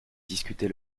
discuter